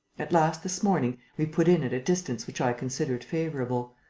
at last, this morning, we put in at a distance which i considered favourable,